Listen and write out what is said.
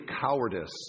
cowardice